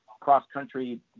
cross-country